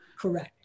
Correct